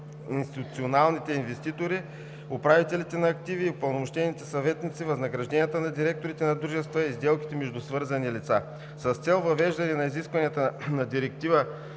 институционалните инвеститори, управителите на активи и упълномощените съветници, възнагражденията на директорите на дружествата и сделките между свързани лица. С цел въвеждане на изискванията на Директива